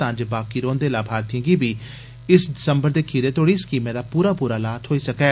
तां जे बाकी रोहंदे लाभार्थियें गी बी इस दिसम्बर दे खीरै तोड़ी स्कीमै दा पूरा पूरा लाह थोई सकै